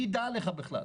מי יידע עליך בכלל?